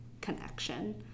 connection